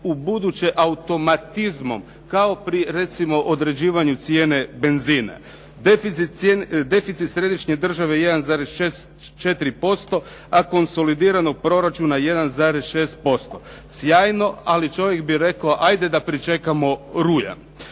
ubuduće automatizmom kao pri recimo određivanju cijene benzina. Deficit središnje države 1,4%, a konsolidiranog proračuna 1,6%. Sjajno, ali čovjek bi rekao, ajde da pričekamo rujan.